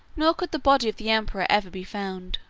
nor could the body of the emperor ever be found.